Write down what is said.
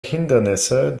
hindernisse